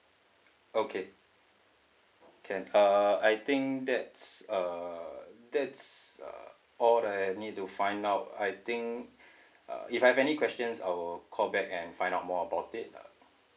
okay can uh I think that's uh that's uh all I need to find out I think uh if I have any questions I'll call back and find out more about it uh